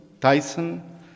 Tyson